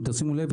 אם תשימו לב,